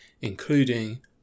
including